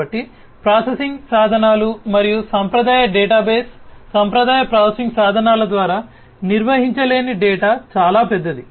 కాబట్టి ప్రాసెసింగ్ సాధనాలు మరియు సాంప్రదాయ డేటాబేస్ సాంప్రదాయ ప్రాసెసింగ్ సాధనాల ద్వారా నిర్వహించలేని డేటా చాలా పెద్దది